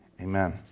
amen